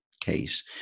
case